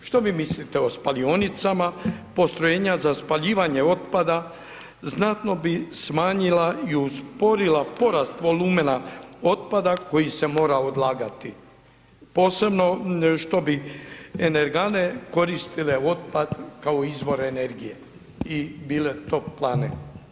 Što vi mislite o spalionicama, postrojenja za spaljivanje otpada znatno bi smanjila i usporila porast volumena otpada koji se mora odlagati posebno što bi energane koristile otpad kao izvore energije i bile toplane.